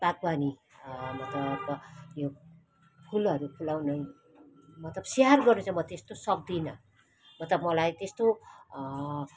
बागवानी मतलब यो फुलहरू फुलाउने मतलब स्याहार गर्नु म चाहिँ त्यस्तो सक्दिनँ मतलब मलाई त्यस्तो